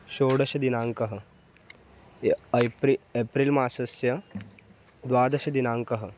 षोडशदिनाङ्कः य ऐप्रि एप्रिल् मासस्य द्वादशदिनाङ्कः